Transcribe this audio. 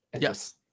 Yes